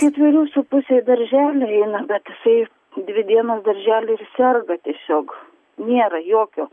ketverių su puse į darželį eina bet jisai dvi dienas daržely serga tiesiog nėra jokio